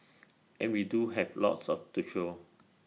and we do have lots of to show